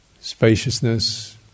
spaciousness